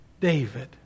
David